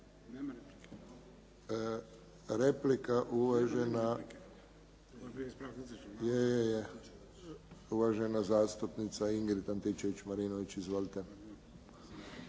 Replika, uvažena zastupnica Ingrid Antičević Marinović. Izvolite.